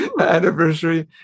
anniversary